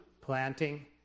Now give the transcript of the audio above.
planting